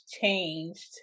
changed